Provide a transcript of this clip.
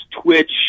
twitch